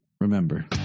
remember